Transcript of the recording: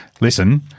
Listen